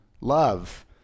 love